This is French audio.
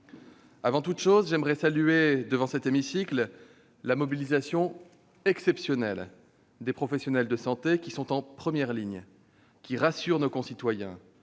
transparence. Je salue devant cet hémicycle la mobilisation exceptionnelle des professionnels de santé, qui sont en première ligne, qui rassurent nos concitoyens